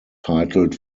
titled